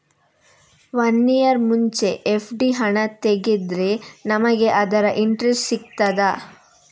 One year ಮುಂಚೆ FD ಹಣ ತೆಗೆದ್ರೆ ನಮಗೆ ಅದರ ಇಂಟ್ರೆಸ್ಟ್ ಸಿಗ್ತದ?